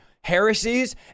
heresies